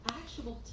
actual